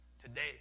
today